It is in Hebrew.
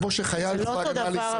כמו שחייל בצבא הגנה לישראל.